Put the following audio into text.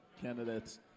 candidates